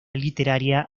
literaria